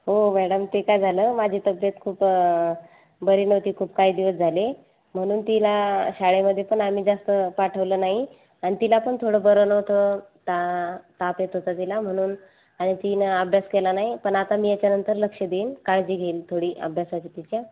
हो मॅडम ते काय झाल माझी तब्येत खुप बरी नव्हती खुप काही दिवस झाले म्हणून तिला शाळेमध्ये पण आम्ही जास्त पाठवल नाही आणी तिला पण थोड बर नव्हत आ ताप येत होता तिला म्हणून तिन अभ्यास केला नाही पण आता मी याच्यानंतर लक्ष देईन काळजी घेईन थोडी अभ्यासाची तिच्या